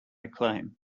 acclaim